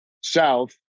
south